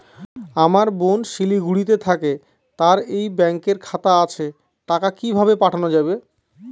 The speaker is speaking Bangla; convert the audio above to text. আমার বোন শিলিগুড়িতে থাকে তার এই ব্যঙকের খাতা আছে টাকা কি ভাবে পাঠানো যাবে?